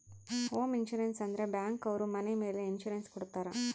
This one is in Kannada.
ಹೋಮ್ ಇನ್ಸೂರೆನ್ಸ್ ಅಂದ್ರೆ ಬ್ಯಾಂಕ್ ಅವ್ರು ಮನೆ ಮೇಲೆ ಇನ್ಸೂರೆನ್ಸ್ ಕೊಡ್ತಾರ